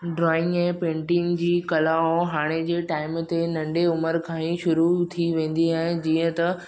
drawing ऐं painting जी कला हाणे जे टाइम ते नंढे उमिरि खां ई शुरू थी वेंदी आहे जीअं त